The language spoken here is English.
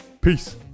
Peace